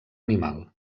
animal